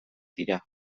dira